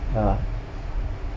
ah